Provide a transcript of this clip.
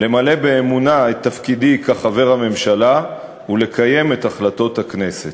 למלא באמונה את תפקידי כחבר הממשלה ולקיים את החלטות הכנסת.